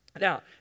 now